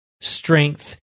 strength